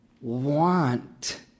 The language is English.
want